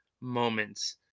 moments